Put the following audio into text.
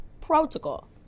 protocol